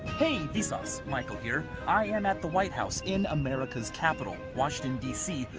hey, vsauce. michael here. i am at the white house, in america's capital, washington, d c.